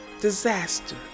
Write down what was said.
disaster